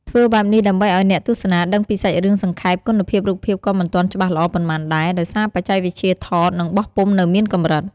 ធ្វើបែបនេះដើម្បីឱ្យអ្នកទស្សនាដឹងពីសាច់រឿងសង្ខេប គុណភាពរូបភាពក៏មិនទាន់ច្បាស់ល្អប៉ុន្មានដែរ ដោយសារបច្ចេកវិទ្យាថត និងបោះពុម្ពនៅមានកម្រិត ។